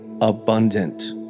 abundant